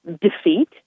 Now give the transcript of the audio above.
defeat